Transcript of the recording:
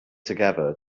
together